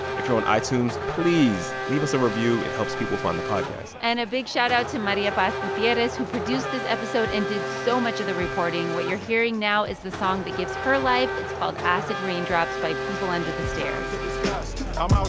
if you're on itunes, please leave us a review. it helps people find the podcast and a big shoutout to maria paz gutierrez, who produced this episode and did so much of the reporting. what you're hearing now is the song that gives her life. it's called acid raindrops by people under the stairs i'm outro. um um